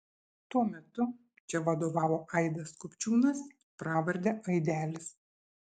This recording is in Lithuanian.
tuo metu čia vadovavo aidas kupčiūnas pravarde aidelis